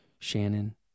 Shannon